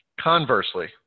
Conversely